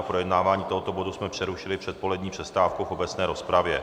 Projednávání tohoto bodu jsme přerušili před polední přestávkou v obecné rozpravě.